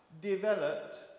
developed